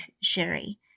Sherry